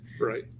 Right